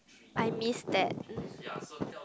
I miss that